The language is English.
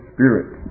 Spirit